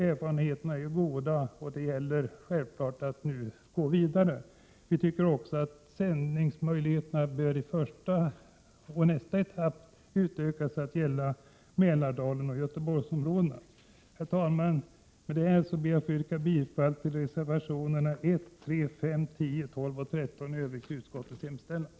Erfarenheterna är goda, och det gäller självfallet att nu gå vidare. Vi tycker också att sändningsmöjligheterna i nästa etapp bör utökas att gälla även Mälardalsoch Göteborgsområdena. Herr talman! Med detta ber jag att få yrka bifall till reservationerna 1,3, 5, 10, 12 och 13 och i övrigt till utskottets hemställan.